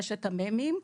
חמשת המ"מים.